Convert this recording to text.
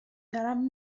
دارم